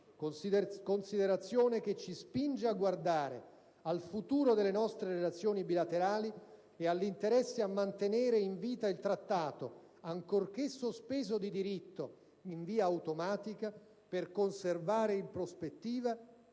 considerazione che ci spinge a guardare al futuro delle nostre relazioni bilaterali e all'interesse a mantenere in vita il Trattato, ancorché sospeso di diritto in via automatica, per conservare in prospettiva